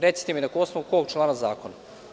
Recite mi na osnovu kog člana zakona.